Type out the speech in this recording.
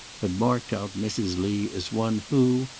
had marked out mrs. lee as one who,